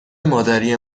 مادری